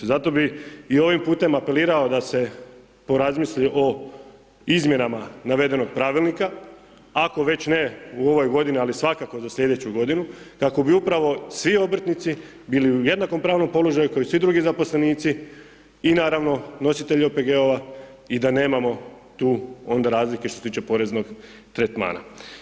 Zato bih i ovim putem apelirao da se porazmisli o izmjenama navedenog pravilnika, ako već ne u ovoj godini ali svakako za sljedeću godinu kako bi upravo svi obrtnici bili u jednakopravnom položaju kao i svi drugi zaposlenici i naravno nositelji OPG-ova i da nemamo tu onda razlike što se tiče poreznog tretmana.